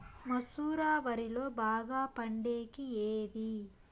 మసూర వరిలో బాగా పండేకి ఏది?